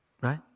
right